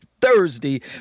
thursday